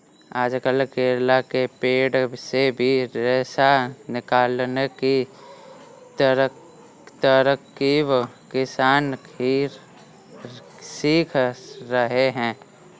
आजकल केला के पेड़ से भी रेशा निकालने की तरकीब किसान सीख रहे हैं